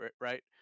right